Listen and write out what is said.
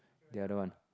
the other one